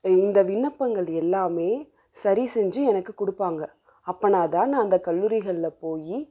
இந்த விண்ணப்பங்கள் எல்லாமே சரி செஞ்சு எனக்கு கொடுப்பாங்க அப்படின்னாதான் நான் அந்த கல்லூரிகள்ல போய்